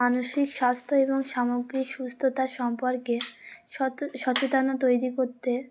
মানসিক স্বাস্থ্য এবং সামগ্রিক সুস্থতা সম্পর্কে স সচেতনা তৈরি করতে